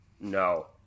No